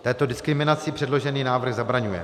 Této diskriminaci předložený návrh zabraňuje.